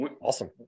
Awesome